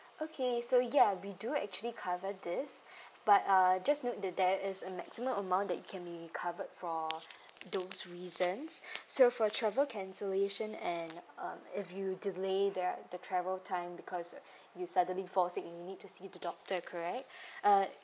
okay so ya we do actually cover this but uh just note the there is a maximum amount that you can be covered for those reasons so for travel cancellation and um if you delay their the travel time because you suddenly fall sick and you need to see the doctor correct uh